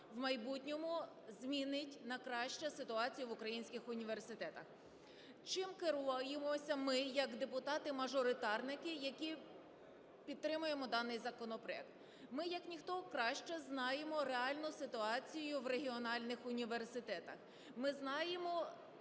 в майбутньому змінить на краще ситуацію в українських університетах. Чим керуємося ми як депутати-мажоритарники, які підтримуємо даний законопроект? Ми як ніхто краще знаємо реально ситуацію в регіональних університетах, ми знаємо